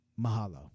mahalo